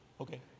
Okay